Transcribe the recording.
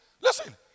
Listen